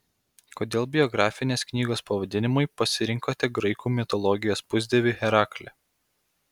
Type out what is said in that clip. kodėl biografinės knygos pavadinimui pasirinkote graikų mitologijos pusdievį heraklį